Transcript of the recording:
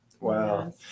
Wow